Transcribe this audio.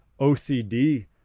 OCD